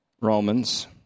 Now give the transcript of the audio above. Romans